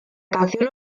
canción